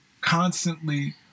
constantly